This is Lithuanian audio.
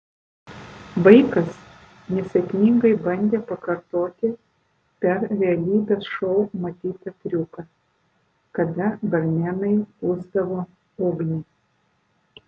vaikas nesėkmingai bandė pakartoti per realybės šou matytą triuką kada barmenai pūsdavo ugnį